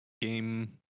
game